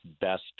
best